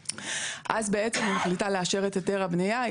אז בעצם היא מחליטה לאשר את היתר הבנייה.